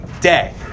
day